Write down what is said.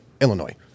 Illinois